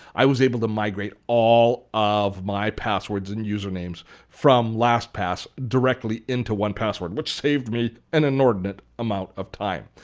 i was able to migrate all of my passwords and usernames from lastpass directly into one password, which saved me an inordinate amount of time.